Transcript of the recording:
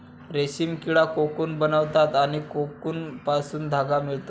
रेशीम किडा कोकून बनवतात आणि कोकूनपासून धागा मिळतो